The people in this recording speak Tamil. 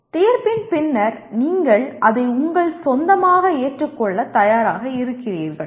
தீர்ப்பின் பின்னர் நீங்கள் அதை உங்கள் சொந்தமாக ஏற்றுக்கொள்ள தயாராக இருக்கிறீர்கள்